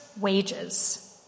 wages